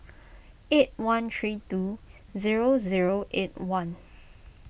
eight one three two zero zero eight one